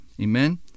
amen